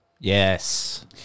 Yes